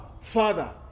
Father